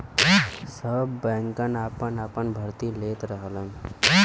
सब बैंकन आपन आपन भर्ती लेत रहलन